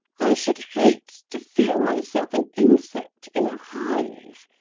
i should hate to feel myself an insect in a hive,